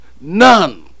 none